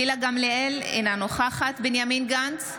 גילה גמליאל, אינה נוכחת בנימין גנץ,